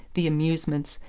the amusements,